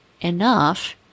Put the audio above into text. enough